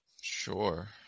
Sure